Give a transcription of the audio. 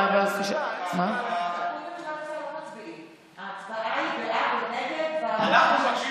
ההצבעה היא בעד או נגד ועדה.